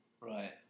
right